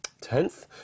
Tenth